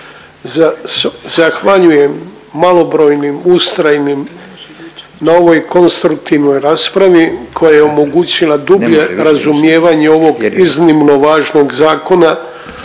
Zahvaljujem malobrojnim ustrajnim na ovoj konstruktivnoj raspravi koja je omogućila dublje razumijevanje ovog iznimno važnog Zakona